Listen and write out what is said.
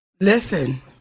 Listen